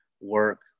work